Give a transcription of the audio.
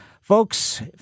folks